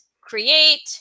create